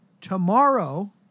Tomorrow